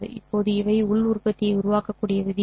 இப்போது இவை உள் உற்பத்தியை உருவாக்கக்கூடிய விதிகள்